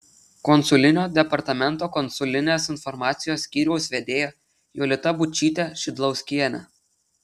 konsulinio departamento konsulinės informacijos skyriaus vedėja jolita būčytė šidlauskienė